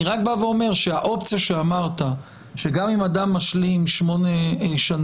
אני רק אומר שהאופציה שאמרת שגם אם אדם משלים 8 שנים,